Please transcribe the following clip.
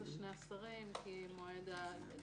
אני חושבת שזה שני השרים כי מועד הדרך